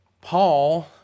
Paul